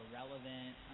relevant